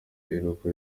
iruhuko